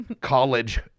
college